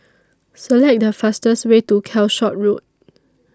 Select The fastest Way to Calshot Road